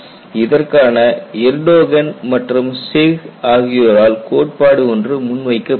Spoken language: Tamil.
இதற்காக எர்டோகன் மற்றும் சிஹ் ஆகியோரால் கோட்பாடு ஒன்று முன்வைக்கப்படுகிறது